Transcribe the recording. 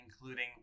including